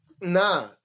Nah